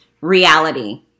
reality